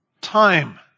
Time